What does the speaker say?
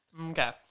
Okay